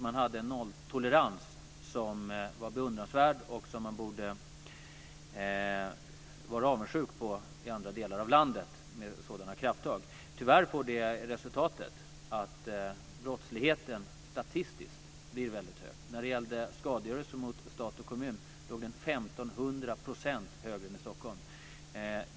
Man hade en nolltolerans som var beundransvärd och som man borde vara avundsjuk på i andra delar av landet, med sådana krafttag. Tyvärr får det resultatet att brottsligheten statistiskt blir väldigt hög. När det gällde skadegörelse mot stat och kommun låg den 1 500 % högre än i Stockholm.